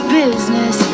business